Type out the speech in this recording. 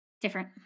different